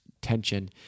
tension